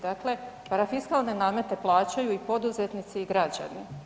Dakle, parafiskalne namete plaćaju i poduzetnici i građani.